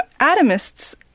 atomists